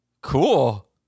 cool